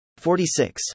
46